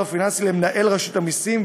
בעלת חשבון ובדבר פיננסי למנהל רשות המסים,